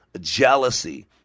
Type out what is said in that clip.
jealousy